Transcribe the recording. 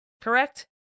Correct